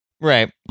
Right